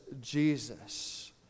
Jesus